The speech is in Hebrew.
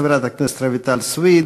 חברת הכנסת רויטל סויד.